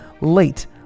late